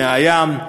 מהים,